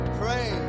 pray